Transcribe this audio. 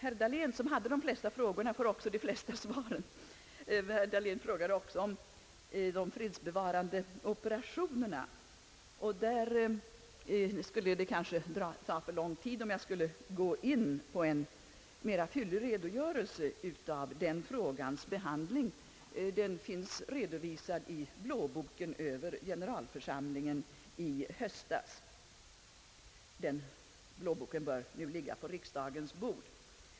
Herr Dahlén hade de flesta frågorna och får också de flesta svaren. Han frågade bl.a. om FN:s fredsbevarande aktioner. Det skulle ta för lång tid att här ge en fyllig redogörelse för den frågans behandling, men den finns redovisad i blåboken över generalförsamlingen i höstas, en bok som nu bör ligga på riksdagens bord.